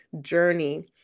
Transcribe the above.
journey